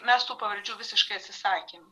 mes tų pavardžių visiškai atsisakėm